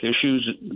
issues